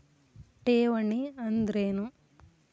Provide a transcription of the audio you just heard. ಠೇವಣಿ ಅಂದ್ರೇನು?